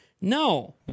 No